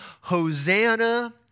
Hosanna